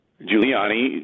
Giuliani